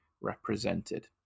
represented